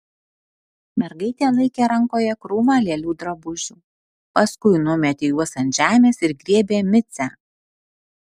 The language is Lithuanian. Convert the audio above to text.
mergaitė laikė rankoje krūvą lėlių drabužių paskui numetė juos ant žemės ir griebė micę